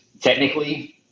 technically